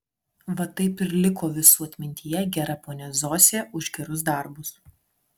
va taip ir liko visų atmintyje gera ponia zosė už gerus darbus